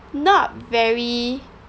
not very